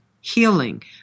healing